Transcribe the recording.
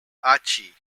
aichi